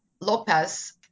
Lopez